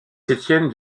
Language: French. septième